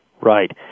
Right